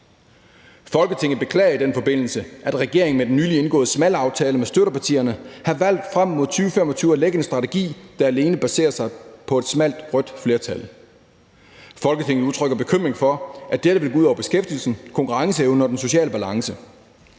Folketinget beklager i den forbindelse, at regeringen med den nylig indgåede smalle aftale med støttepartierne har valgt frem mod 2025 at lægge en strategi, der alene baserer sig på et smalt rødt flertal. Folketinget udtrykker bekymring for, at dette vil gå ud over beskæftigelsen, konkurrenceevnen og den sociale balance.